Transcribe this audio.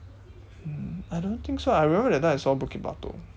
um I don't think so I remember that time I saw bukit-batok